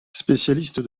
spécialiste